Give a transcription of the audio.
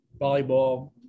volleyball